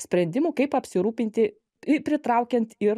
sprendimų kaip apsirūpinti pritraukiant ir